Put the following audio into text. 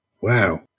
Wow